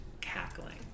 cackling